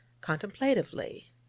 contemplatively